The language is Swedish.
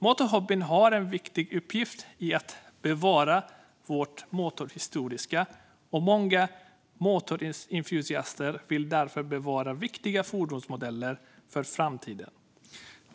Motorhobbyn har en viktig uppgift i att bevara vår motorhistoria, och många motorentusiaster vill därför bevara viktiga fordonsmodeller för framtiden.